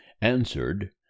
answered